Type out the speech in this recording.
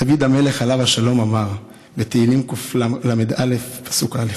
דוד המלך עליו השלום אמר בתהילים קל"א פסוק א':